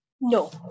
No